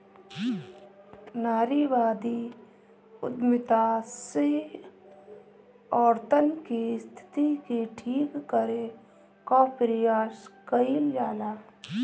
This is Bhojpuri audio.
नारीवादी उद्यमिता से औरतन के स्थिति के ठीक करे कअ प्रयास कईल जाला